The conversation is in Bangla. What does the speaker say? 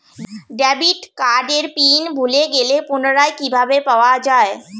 ডেবিট কার্ডের পিন ভুলে গেলে পুনরায় কিভাবে পাওয়া য়ায়?